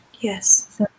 Yes